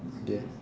okay